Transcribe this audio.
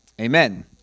Amen